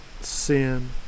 sin